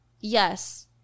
yes